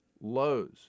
lows